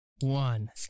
One